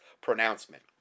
pronouncement